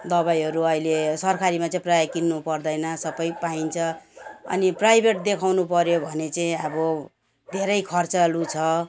दबाईहरू अहिले सरकारीमा चाहिँ प्रायः किन्नुपर्दैन सबै पाइन्छ अनि प्राइभेट देखाउनु पर्यो भने चाहिँ अब धेरै खर्चालु छ